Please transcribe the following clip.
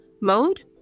mode